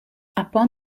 upon